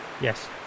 Yes